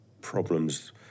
problems